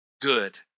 good